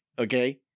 Okay